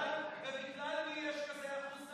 מרום, בבקשה, אינה נוכחת.